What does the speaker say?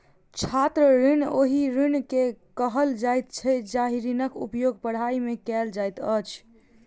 छात्र ऋण ओहि ऋण के कहल जाइत छै जाहि ऋणक उपयोग पढ़ाइ मे कयल जाइत अछि